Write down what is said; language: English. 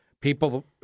people